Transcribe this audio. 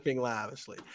lavishly